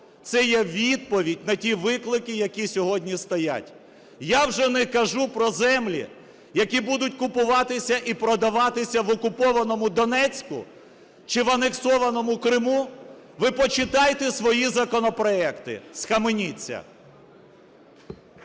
Це є відповідь на ті виклики, які сьогодні стоять. Я вже не кажу про землі, які будуть купуватися і продаватися в окупованому Донецьку чи в анексованому Криму. Ви почитайте свої законопроекти. Схаменіться!